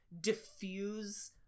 diffuse